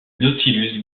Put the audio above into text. nautilus